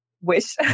wish